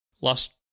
last